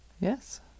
yes